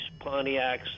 Pontiacs